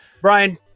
brian